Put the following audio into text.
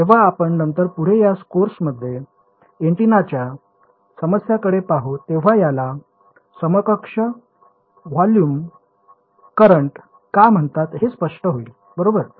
जेव्हा आपण नंतर पुढे या कोर्समध्ये ऍन्टिनाच्या समस्यांकडे पाहू तेव्हा याला समकक्ष व्हॉल्यूम करंट का म्हणतात हे स्पष्ट होईल बरोबर